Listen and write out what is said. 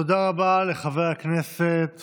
תודה רבה לחבר הכנסת